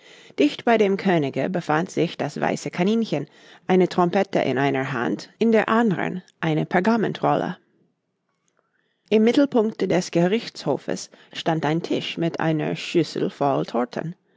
dicht bei dem könige befand sich das weiße kaninchen eine trompete in einer hand in der andern eine pergamentrolle im mittelpunkte des gerichtshofes stand ein tisch mit einer schüssel voll torten